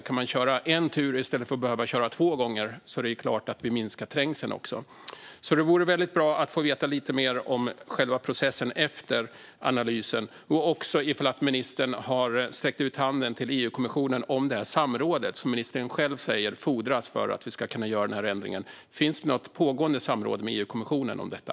Kan man köra en tur i stället för två är det klart att vi minskar trängseln. Det vore alltså väldigt bra att få veta lite mer om själva processen efter analysen och också om ministern har sträckt ut handen till EU-kommissionen om samrådet som ministern själv säger fordras för att vi ska kunna göra den här ändringen. Finns det något pågående samråd med EU-kommissionen om detta?